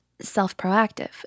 self-proactive